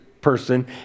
person